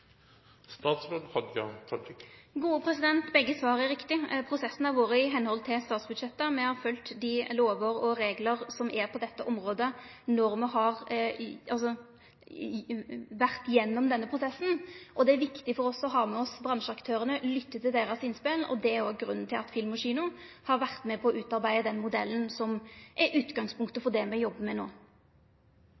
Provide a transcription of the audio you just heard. Begge svara er riktige. Prosessen har vore i samsvar med statsbudsjettet. Me har følgt dei lovar og reglar som gjeld på dette området, i denne prosessen. Det er viktig for oss å ha med bransjeaktørane, lytte til deira innspel, og det er òg grunnen til at Film & Kino har vore med på å utarbeide den modellen som er utgangspunktet